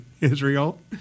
Israel